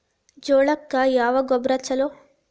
ಜೋಳಕ್ಕ ಯಾವ ಗೊಬ್ಬರ ಛಲೋ?